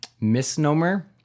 misnomer